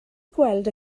gweld